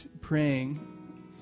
praying